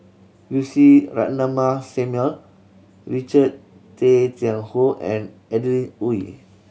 Lucy Ratnammah Samuel Richard Tay Tian Hoe and Adeline Ooi